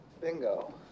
Bingo